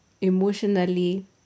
emotionally